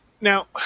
Now